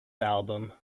album